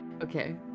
Okay